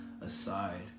aside